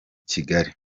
kigali